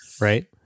Right